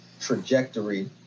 trajectory